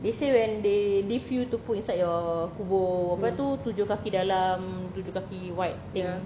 they say when they leave you to put inside your kubur apa tu tujuh kaki dalam tujuh kaki wide thing